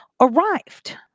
arrived